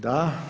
Da.